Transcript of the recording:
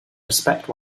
respect